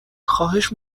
خواهش